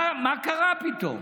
מה קרה פתאום?